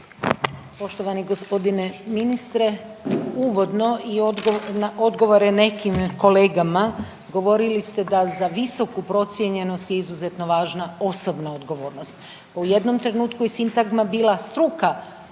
Poštovani g. ministre, uvodno i na odgovore nekim kolegama govorili ste da za visoku procijenjenost je izuzetno važna osobna odgovornost. Pa u jednom trenutku je sintagma bila struka